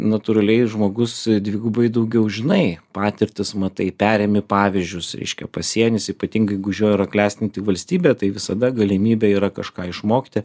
natūraliai žmogus dvigubai daugiau žinai patirtis matai perėmi pavyzdžius reiškia pasienis ypatingai jeigu už jo yra klestinti valstybė tai visada galimybė yra kažką išmokti